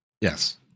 Yes